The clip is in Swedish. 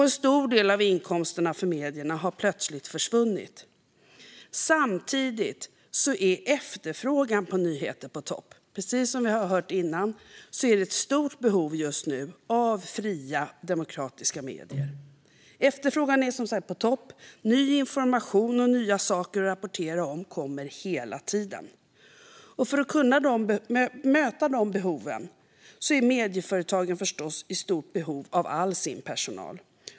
En stor del av inkomsterna för medierna har därmed plötsligt försvunnit. Samtidigt är efterfrågan på nyheter på topp. Precis som vi har hört tidigare finns det just nu ett stort behov av fria och demokratiska medier. Efterfrågan är som sagt på topp. Ny information och nya saker att rapportera om kommer hela tiden. För att kunna möta dessa behov är medieföretagen förstås i stort behov av all sin personal.